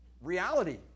reality